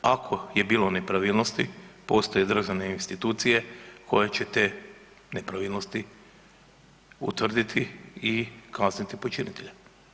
Ako je bilo nepravilnosti postoje državne institucije koje će te nepravilnosti utvrditi i kazniti počinitelja.